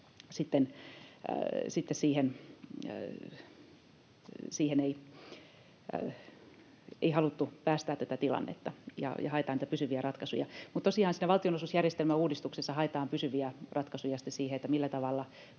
siihen ei haluttu päästää tätä tilannetta ja haetaan niitä pysyviä ratkaisuja. Tosiaan siinä valtionosuusjärjestelmäuudistuksessa haetaan pysyviä ratkaisuja sitten siihen, millä tavalla